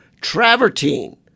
Travertine